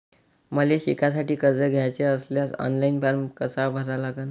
मले शिकासाठी कर्ज घ्याचे असल्यास ऑनलाईन फारम कसा भरा लागन?